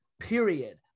period